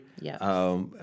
Yes